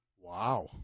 Wow